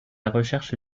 recherche